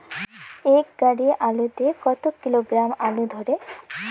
এক গাড়ি আলু তে কত কিলোগ্রাম আলু ধরে?